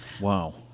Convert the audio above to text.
Wow